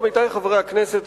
עמיתי חברי הכנסת,